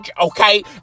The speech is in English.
Okay